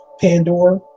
Pandora